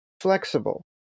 flexible